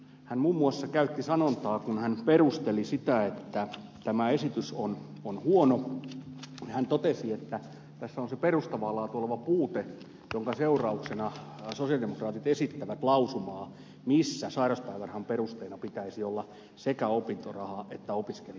hän muun muassa käytti sanontaa kun hän perusteli sitä että tämä esitys on huono että tässä on se perustavaa laatua oleva puute jonka seurauksena sosialidemokraatit esittävät lausumaa jossa sairauspäivärahan perusteena pitäisi olla sekä opintoraha että opiskelijan työtulo